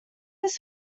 his